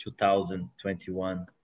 2021